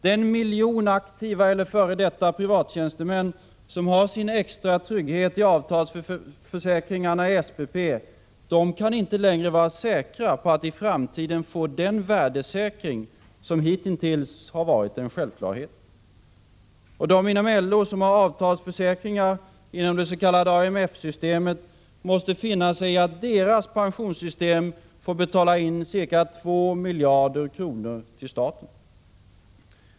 Den miljon aktiva eller f.d. privattjänstemän som har sin extra trygghet i avtalsförsäkringarna i SPP kan inte längre vara säkra på att i framtiden få den värdesäkring som hitintills varit självklar. De inom LO som har avtalsförsäkringar inom det s.k. AMF-systemet måste finna sig i att deras pensionssystem får betala in ca 2 miljarder kronor till staten.